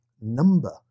number